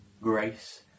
grace